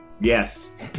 Yes